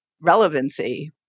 relevancy